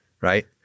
Right